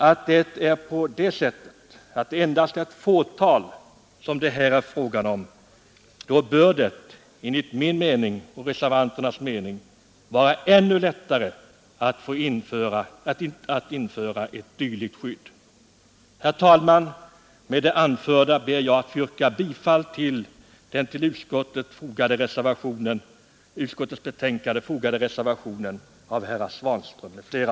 Eftersom det endast är ett fåtal som det här är fråga om, bör det enligt min och reservanternas mening vara ännu lättare att införa ett dylikt skydd. Herr talman! Med det anförda ber jag att få yrka bifall till den vid utskottsbetänkandet fogade reservationen av herr Svanström m.fl.